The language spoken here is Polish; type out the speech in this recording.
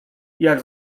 jak